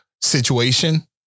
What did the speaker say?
situation